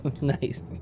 Nice